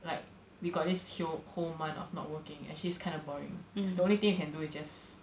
like we got this who~ whole month of not working actually it's kind of boring the only thing you can do is just